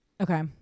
Okay